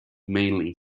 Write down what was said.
mainly